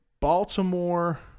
Baltimore